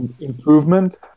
improvement